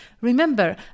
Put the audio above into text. Remember